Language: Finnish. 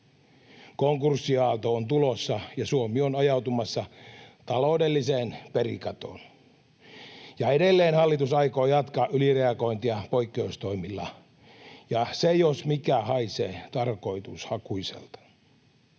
Konkurssiaalto on tulossa, ja Suomi on ajautumassa taloudelliseen perikatoon, ja edelleen hallitus aikoo jatkaa ylireagointia poikkeustoimilla, ja se, jos mikä, haisee tarkoitushakuiselta.